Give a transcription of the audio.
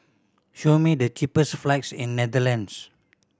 show me the cheapest flights in Netherlands